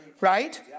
right